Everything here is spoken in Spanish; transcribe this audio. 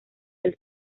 del